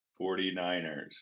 49ers